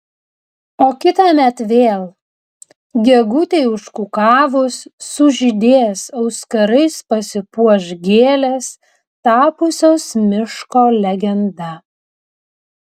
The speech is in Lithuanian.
o kitąmet vėl gegutei užkukavus sužydės auskarais pasipuoš gėlės tapusios miško legenda